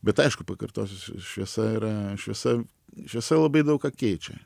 bet aišku pakartosiu šviesa yra šviesa šviesa labai daug ką keičia